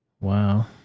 Wow